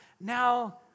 now